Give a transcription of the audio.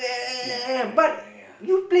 ya correct correct ya